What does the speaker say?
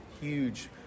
huge